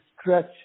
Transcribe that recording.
stretch